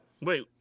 Wait